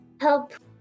help